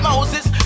Moses